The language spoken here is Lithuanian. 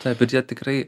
taip ir jie tikrai